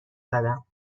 زدم